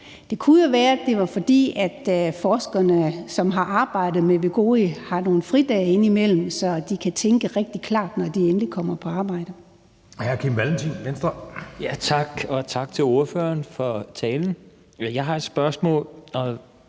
Det kunne jo være, at det var, fordi forskerne, som har arbejdet med Wegovy, har nogle fridage indimellem, så de kan tænke rigtig klart, når de endelig kommer på arbejde. Kl. 19:49 Anden næstformand (Jeppe Søe): Hr. Kim Valentin, Venstre. Kl.